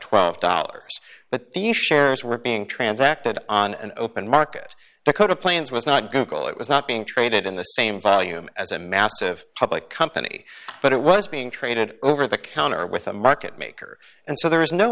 twelve dollars but the shares were being transacted on an open market dakota plains was not google it was not being traded in the same volume as a massive public company but it was being traded over the counter with a market maker and so there is no